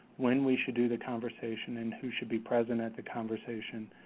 when we should do the conversation, and who should be present at the conversation,